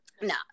No